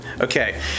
Okay